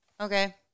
Okay